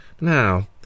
now